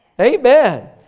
Amen